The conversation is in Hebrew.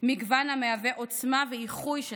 מגוון המהווה עוצמה ואיחוי שסעים.